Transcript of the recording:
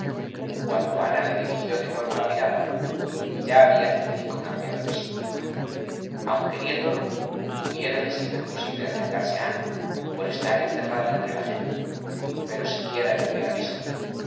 cuando ana le dirigió de nuevo la mirada ya había federico cambiado de sitio aun queriéndolo hubiérale sido imposible acercarse a ana por estar encerrada entre la gente pero siquiera le hubiera visto